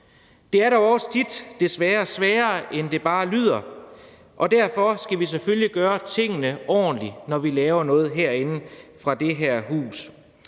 Det er dog også tit desværre sværere, end det bare lyder, og derfor skal vi selvfølgelig gøre tingene ordentligt, når vi laver noget herinde fra det her hus.